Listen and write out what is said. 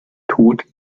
tod